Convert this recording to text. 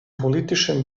politischen